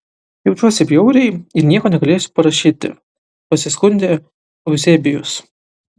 jaučiuosi bjauriai ir nieko negalėsiu parašyti pasiskundė euzebijus